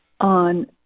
on